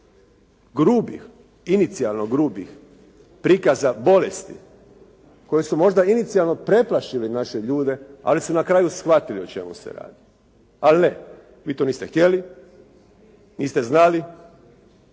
grubih inicijalno grubih prikaza bolesti koji su možda inicijalno preplašili naše ljude ali su na kraju shvatili o čemu se radi. Ali ne! Vi to niste htjeli, niste znali.